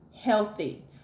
healthy